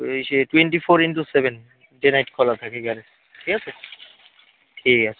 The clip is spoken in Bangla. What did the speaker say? ইসে twenty four into seven day night খোলা থাকে গ্যারেজ ঠিক আছে ঠিক আছে